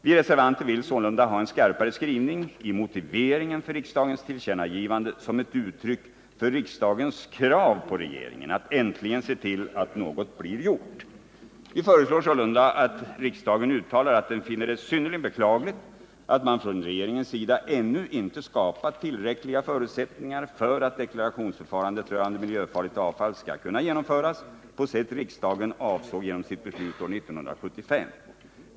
Vi reservanter vill sålunda ha en skarpare skrivning i motiveringen för riksdagens tillkännagivande som ett uttryck för riksdagens krav på regeringen att äntligen se till att något blir gjort. Vi föreslår sålunda att riksdagen uttalar att den finner det synnerligen beklagligt att regeringen ännu inte skapat tillräckliga förutsättningar för att deklarationsförfarandet rörande 50 miljöfarligt avfall skall kunna genomföras på sätt riksdagen avsåg genom sitt beslut år 1975.